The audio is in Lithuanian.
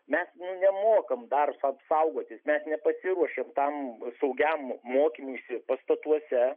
mes nu nemokam dar apsaugotis mes nepasiruošėm tam saugiam mokymuisi pastatuose